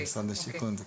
של משרד השיכון --- אה,